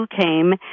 came